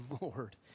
Lord